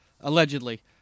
allegedly